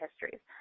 histories